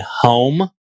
home